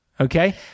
Okay